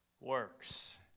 works